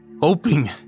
hoping